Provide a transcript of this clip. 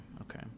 okay